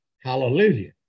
hallelujah